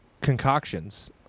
concoctions